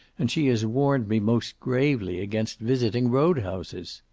and she has warned me most gravely against visiting road houses!